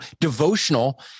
devotional